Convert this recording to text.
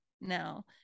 now